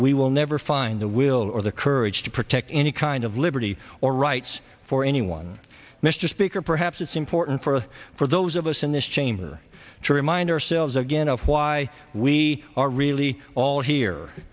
we will never find the will or the courage to protect any kind of liberty or rights for anyone mr speaker perhaps it's important for us for those of us in this chamber to remind ourselves again of why we are really all here